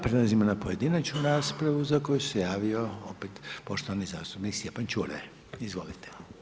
Prelazimo na pojedinačnu raspravu za koju se javio opet poštovani zastupnik Stjepan Ćuraj, izvolite.